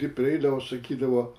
jie prieidavo sakydavo